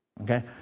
okay